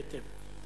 מכיר היטב.